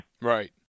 right